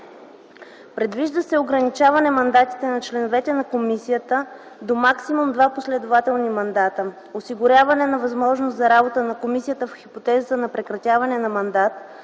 Предвижда се ограничаване мандатите на членовете на комисията до максимум два последователни мандата, осигуряване на възможност за работа на комисията в хипотезата на прекратяване на мандат